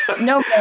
No